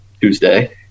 Tuesday